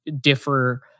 differ